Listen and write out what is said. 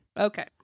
Okay